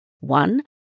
one